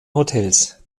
hotels